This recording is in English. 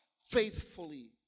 faithfully